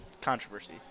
controversy